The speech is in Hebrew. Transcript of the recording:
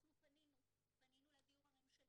אנחנו פנינו לדיור הממשלתי,